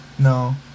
No